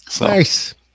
Nice